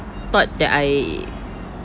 thought that I